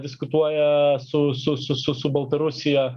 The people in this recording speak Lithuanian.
diskutuoja su su su su baltarusija